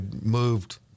moved